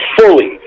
fully